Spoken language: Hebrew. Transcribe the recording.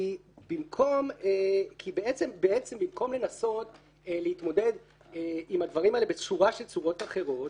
כי במקום לנסות להתמודד עם הדברים האלה בצורות אחרות